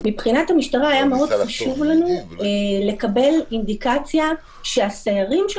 מבחינת המשטרה היה מאוד חשוב לנו לקבל אינדיקציה שהסיירים של